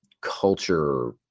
culture